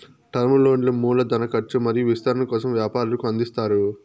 term లోన్లు మూల ధన కర్చు మరియు విస్తరణ కోసం వ్యాపారులకు అందిస్తారు